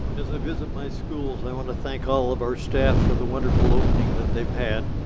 as i visit my schools i wanna thank all of our staff for the wonderful opening that they've had.